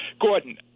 Gordon